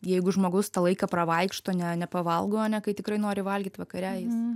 jeigu žmogus tą laiką pravaikšto ne nepavalgo ane kai tikrai nori valgyt vakare jis